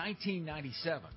1997